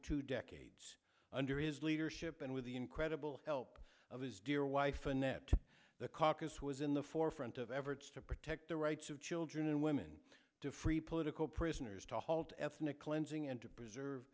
two decades under his leadership and with the incredible help of his dear wife annette the caucus was in the forefront of evarts to protect the rights of children and women to free political prisoners to halt ethnic cleansing and to preserve